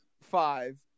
five